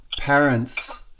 parents